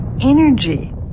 energy